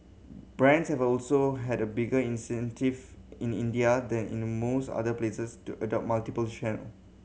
brands have also had a bigger incentive in India than in the most other places to adopt multiple channel